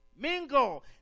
mingle